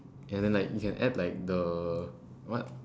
ya then like you can add like the what